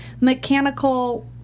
mechanical